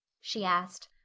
she asked.